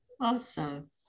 Awesome